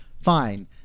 Fine